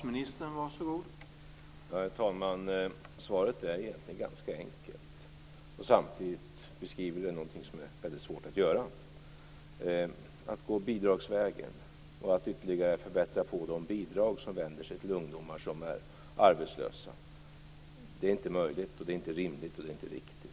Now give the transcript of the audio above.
Herr talman! Svaret är egentligen ganska enkelt. Samtidigt beskriver det någonting som är väldigt svårt att göra. Att gå bidragsvägen och ytterligare bättra på de bidrag som vänder sig till ungdomar som är arbetslösa är inte möjligt, inte rimligt och inte riktigt.